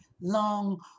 long